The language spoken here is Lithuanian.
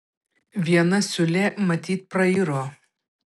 viena siūlė matyt prairo